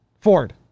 Ford